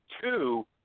two